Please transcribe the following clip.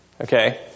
Okay